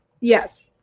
yes